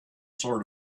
sort